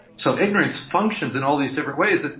so ignorance functions in all these different ways,